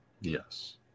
Yes